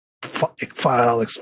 File